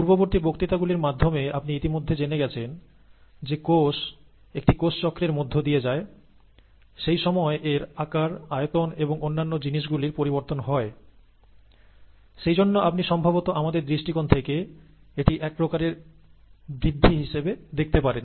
পূর্ববর্তী বক্তৃতাগুলির মাধ্যমে আপনি ইতিমধ্যে জেনে গেছেন যে কোষ একটি কোষ চক্রের মধ্য দিয়ে যায় সেই সময় এর আকার আয়তন এবং অন্যান্য জিনিস গুলির পরিবর্তন হয় সেই জন্য আপনি সম্ভবত আমাদের দৃষ্টিকোণ থেকে এটি এক প্রকারের বৃদ্ধি হিসেবে দেখতে পারেন